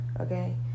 Okay